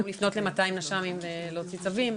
במקום לפנות ל-200 נש"מים ולהוציא צווים,